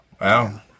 Wow